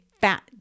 fat